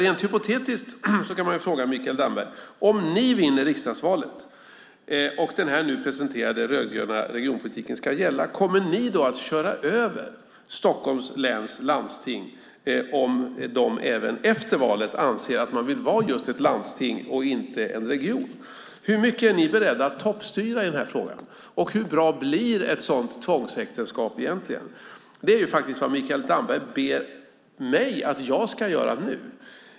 Rent hypotetiskt kan man fråga Mikael Damberg: Om ni vinner riksdagsvalet och denna nu presenterade rödgröna regionpolitik ska gälla - kommer ni då att köra över Stockholms läns landsting om de även efter valet anser att man vill vara just ett landsting och inte en region? Hur mycket är ni beredda att toppstyra i frågan? Och hur bra blir ett sådant tvångsäktenskap egentligen? Detta är faktiskt vad Mikael Damberg ber mig att göra nu.